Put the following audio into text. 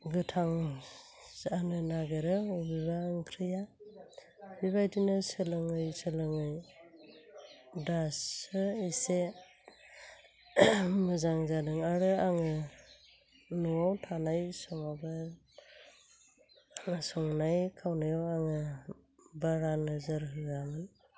गोथां जानो नागिरो बबेबा ओंख्रिया बेबायदिनो सोलोङै सोलोङै दासो एसे मोजां जादों आरो आङो न'आव थानाय समावबो संनाय खावनायाव आङो बारा नोजोर होआमोन